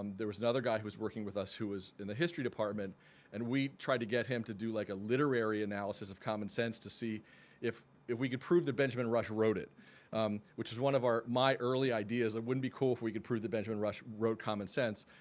um there was another guy who was working with us who was in the history department and we tried to get him to do like a literary analysis of common sense to see if if we could prove that benjamin rush wrote it which is one of our my early ideas that wouldn't it be cool if we could prove that benjamin rush wrote common sense.